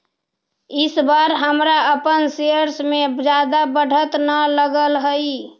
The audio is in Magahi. इस बार हमरा अपन शेयर्स में जादा बढ़त न लगअ हई